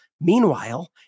Meanwhile